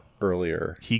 Earlier